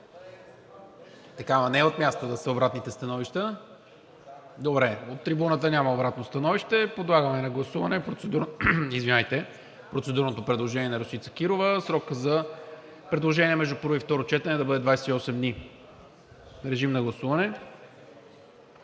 (Реплики.) Не от място да са обратните становища. Добре, от трибуната няма обратно становище. Подлагам на гласуване процедурното предложение на Росица Кирова срокът за предложения между първо и второ четене да бъде 28 дни. Гласували